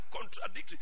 contradictory